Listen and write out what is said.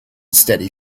steady